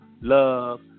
love